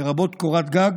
לרבות קורת גג,